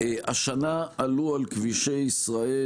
בשנת 2021 עלו על כבישי ישראל